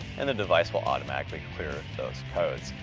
and the device will automatically clear those codes.